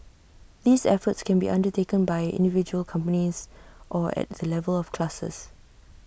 these efforts can be undertaken by individual companies or at the level of clusters